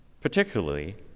particularly